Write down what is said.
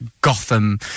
gotham